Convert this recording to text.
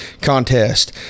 contest